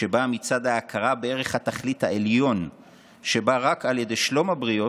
שבאה מצד ההכרה בערך התכלית העליון שבא רק על ידי שלום הבריות,